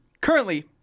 currently